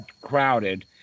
crowded